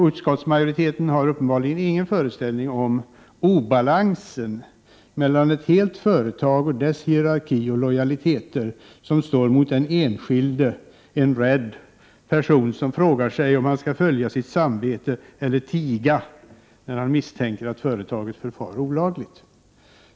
Utskottsmajoriteten har uppenbarligen ingen föreställning om obalansen mellan ett helt företag och dess hierarki och lojaliteter som står mot en enskild, en rädd person som frågar sig om han skall följa sitt samvete eller tiga när han misstänker att företaget förfar olagligt.